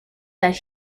that